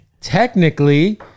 Technically